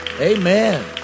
Amen